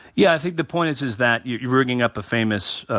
yeah, i think the point is is that, you're you're bringing up a famous,